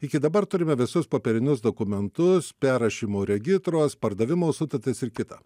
iki dabar turime visus popierinius dokumentus perrašymo regitros pardavimo sutartis ir kita